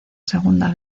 segunda